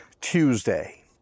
Tuesday